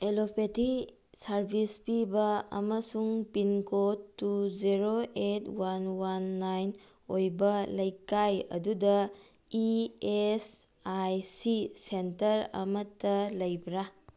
allopathy service ꯄꯤꯕ ꯑꯃꯁꯨꯡ pin code two zero eight one one nine ꯑꯣꯏꯕ ꯂꯩꯀꯥꯏ ꯑꯗꯨꯗ E S I C centre ꯑꯃꯇ ꯂꯩꯕ꯭ꯔꯥ